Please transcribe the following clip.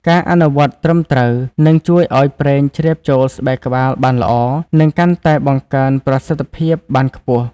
ការអនុវត្តន៍ត្រឹមត្រូវ នឹងជួយឲ្យប្រេងជ្រាបចូលស្បែកក្បាលបានល្អ និងកាន់តែបង្កើនប្រសិទ្ធភាពបានខ្ពស់។